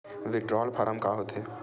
Withdrawal form का होथे?